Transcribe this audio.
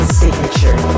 signature